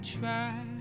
try